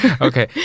Okay